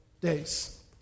days